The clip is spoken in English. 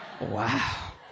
Wow